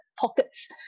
pockets